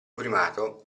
primato